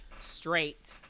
straight